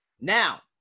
Now